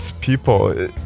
people